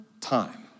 time